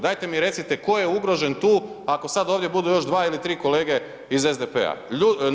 Dajte mi recite tko je ugrožen tu ako sad ovdje budu još 2 ili 3 kolege iz SDP-a?